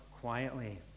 quietly